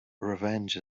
revenge